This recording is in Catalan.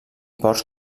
ports